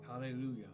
Hallelujah